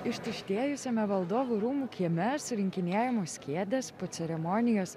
ištuštėjusiame valdovų rūmų kieme surinkinėjamos kėdės po ceremonijos